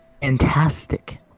Fantastic